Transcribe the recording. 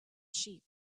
sheep